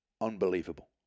Unbelievable